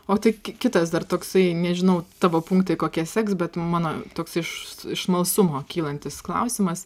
o tai kitas dar toksai nežinau tavo punktai kokie seks bet mano toks iš iš smalsumo kylantis klausimas